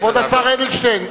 כבוד השר אדלשטיין,